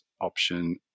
option